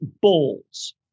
balls